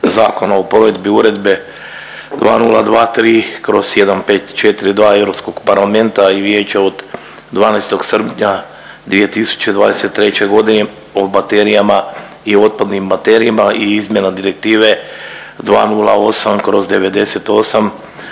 Zakona o provedbi Uredbe 2023/1542 Europskog parlamenta i Vijeća od 12. srpnja 2023. g. o baterijama i otpadnim baterijama i izmjena direktive 208/98/